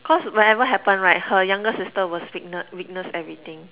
cause whatever happened right her younger sister was witness witness everything